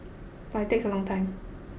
but it takes a long time